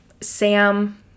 Sam